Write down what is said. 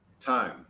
time